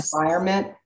environment